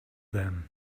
them